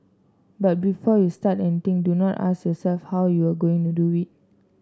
but before you start anything do not ask yourself how you're going to do it